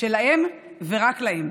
שלהם ורק להם.